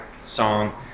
song